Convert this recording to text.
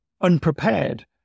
unprepared